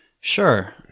sure